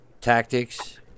tactics